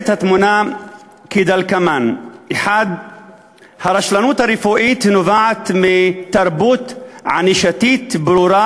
התמונה כדלקמן: 1. הרשלנות הרפואית נובעת מתרבות ענישתית ברורה,